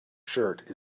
shirt